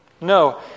No